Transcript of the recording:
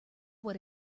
what